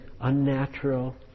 unnatural